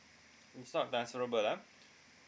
it's not transferable ah